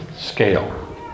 scale